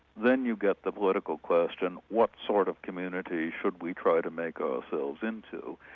then you get the political question, what sort of community should we try to make ourselves into?